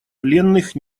пленных